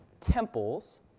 temples